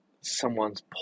someone's